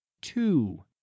two